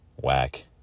Whack